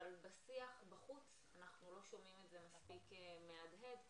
אבל בשיח בחוץ אנחנו לא שומעים את זה מספיק מהדהד,